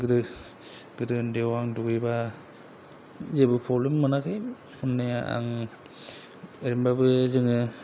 गोदो गोदो उन्दैयाव आं दुगैबा जेबो प्रब्लेम मोनाखै मोननाया आं ओरैनोबाबो जोङो